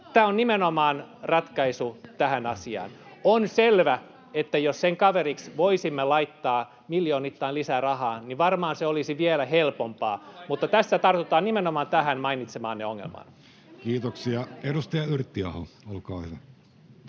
Tämä on nimenomaan ratkaisu tähän asiaan. On selvää, että jos sen kaveriksi voisimme laittaa miljoonittain lisää rahaa, niin varmaan se olisi vielä helpompaa, mutta tässä tartutaan nimenomaan tähän mainitsemaanne ongelmaan. Kiitoksia. — Edustaja Yrttiaho, olkaa hyvä.